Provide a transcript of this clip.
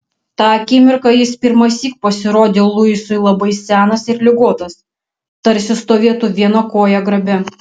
tą akimirką jis pirmąsyk pasirodė luisui labai senas ir ligotas tarsi stovėtų viena koja grabe